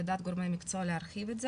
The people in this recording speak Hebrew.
לדעת גורמי מקצוע להרחיב את זה.